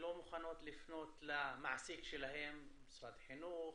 ולא מוכנות לפנות למעסיק שלהן, משרד החינוך,